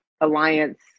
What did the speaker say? alliance